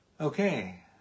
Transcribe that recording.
okay